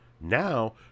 Now